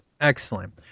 Excellent